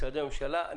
משרדי ממשלה,